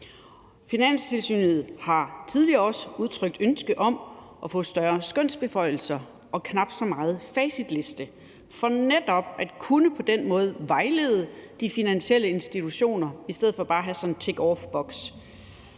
Finanstilsynet har også tidligere udtrykt ønske om at få større skønsbeføjelser og knap så meget facitliste for netop på denne måde at kunne vejlede de finansielle institutioner i stedet for bare at have sådan en tickoffboks.